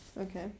Okay